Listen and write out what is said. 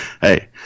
hey –